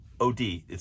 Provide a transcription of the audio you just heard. OD